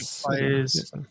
players